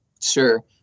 Sure